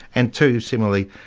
and too, similarly,